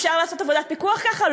אפשר לעשות עבודת פיקוח ככה?